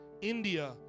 India